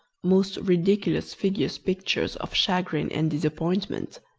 most ridiculous figures pictures of chagrin and disappointment!